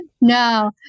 No